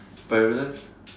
but I realised